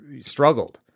struggled